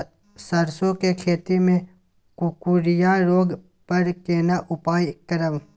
सरसो के खेती मे कुकुरिया रोग पर केना उपाय करब?